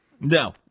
No